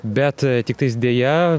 bet tiktais deja